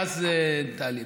ואז תעלי,